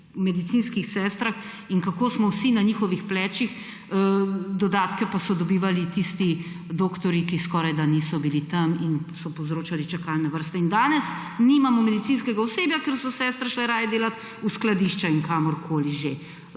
medicinskih sestrah in kako smo vsi na njihovi plečih, dodatke pa so dobivali tisti doktorji, ki skoraj da niso bili tam in so povzročal čakalne vrste. Danes nimamo medicinskega osebja, ker so sestre šle raje delat v skladišča in kamorkoli že,